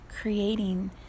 creating